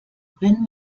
wenn